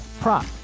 prop